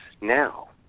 now